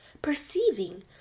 perceiving